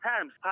times